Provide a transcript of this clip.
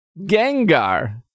Gengar